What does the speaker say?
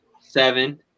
seven